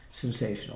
sensational